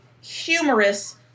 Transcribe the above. humorous